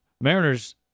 Mariners